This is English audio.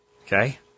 okay